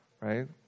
Right